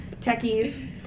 Techies